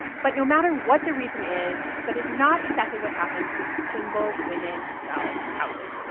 but no matter what the reason is, that is not exactly what happens when single women sell houses.